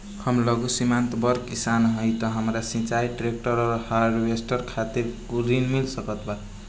हम लघु सीमांत बड़ किसान हईं त हमरा सिंचाई ट्रेक्टर और हार्वेस्टर खातिर ऋण मिल सकेला का?